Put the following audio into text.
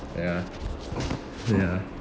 ya ya